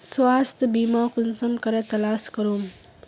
स्वास्थ्य बीमा कुंसम करे तलाश करूम?